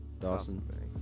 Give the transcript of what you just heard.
dawson